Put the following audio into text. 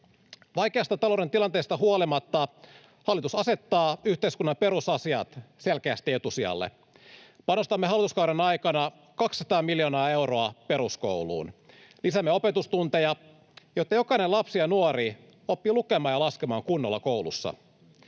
Vaikeasta talouden tilanteesta huolimatta hallitus asettaa yhteiskunnan perusasiat selkeästi etusijalle. Panostamme hallituskauden aikana 200 miljoonaa euroa peruskouluun. Lisäämme opetustunteja, jotta jokainen lapsi ja nuori oppii lukemaan ja laskemaan kunnolla koulussa.